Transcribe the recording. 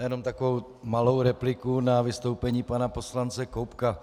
Já jenom takovou malou repliku na vystoupení pana poslance Koubka.